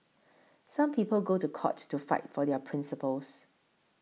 some people go to court to fight for their principles